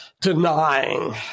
denying